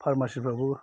फार्मासिफ्राबो